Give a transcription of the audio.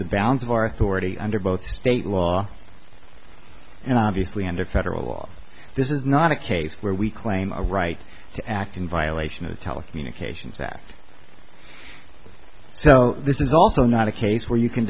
authority under both state law and obviously under federal law this is not a case where we claim a right to act in violation of the telecommunications act so this is also not a case where you can